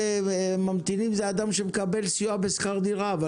ממתינים זה אדם שמקבל סיוע בשכר דירה.